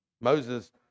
Moses